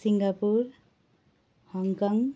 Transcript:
Singapore Hong Kong